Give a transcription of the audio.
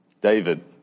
David